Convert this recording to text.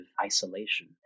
isolation